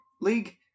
League